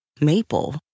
maple